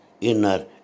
inner